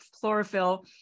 chlorophyll